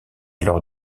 leur